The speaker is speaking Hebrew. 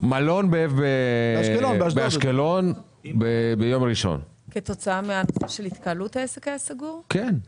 באשקלון ביום ראשון, מה קורה איתו?